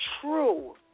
true